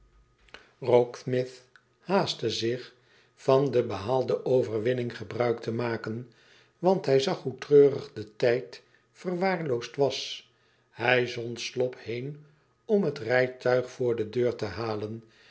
rokesmith haastte zich van de behaalde overwinning gebruik te maken want hij zag hoe treurig de tijd verwaarloosd was hij zond slop heen om het rijtuig voor de deur te halen